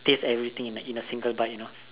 taste everything in a single bite you know